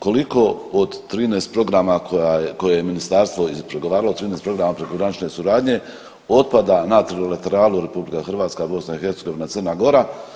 Koliko od 13 programa koje je Ministarstvo ispregovaralo, od 13 programa prekogranične suradnje otpada trilateralu RH, BiH, Crna Gora?